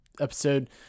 episode